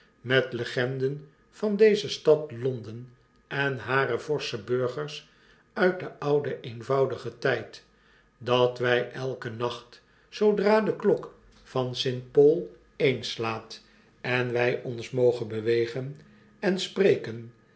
met legend en van deze stad londen en hare forsche burgers uitdenouden eenvoudigentjjd dat wij elken nacht zoodra de klok van st paul een slaat en wfl ons mogen bewegen en spreken